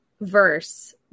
verse